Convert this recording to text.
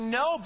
no